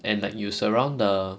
and like surround the